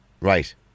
Right